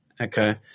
okay